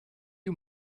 you